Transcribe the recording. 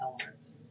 elements